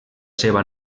seva